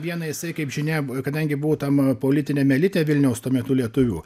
viena jisai kaip žinia kadangi buvo tam politiniam elite vilniaus tuo metu lietuvių